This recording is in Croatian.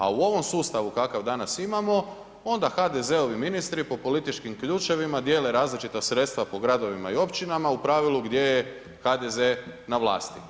A u ovom sustavu kakav danas imamo onda HDZ-ovi ministri po političkim ključevima dijele različita sredstva po gradovima i općinama u pravilu gdje je HDZ-e na vlasti.